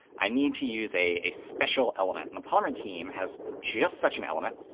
i need to use a special element. and the polymer team has just such an element.